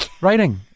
Writing